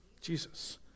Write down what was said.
Jesus